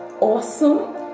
awesome